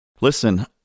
Listen